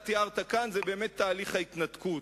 תיארת כאן היא באמת תהליך ההתנתקות,